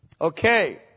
Okay